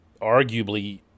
arguably